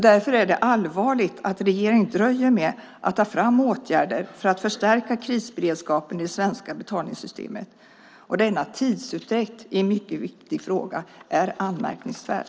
Därför är det allvarligt att regeringen dröjer med att ta fram åtgärder för att förstärka krisberedskapen i det svenska betalningssystemet. Denna tidsutdräkt i en mycket viktig fråga är anmärkningsvärd.